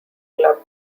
club